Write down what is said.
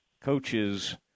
coaches